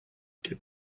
get